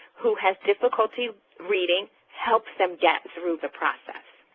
who has difficulty reading, helps them get through the process.